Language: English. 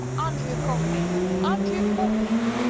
andrew coffey! andrew coffey!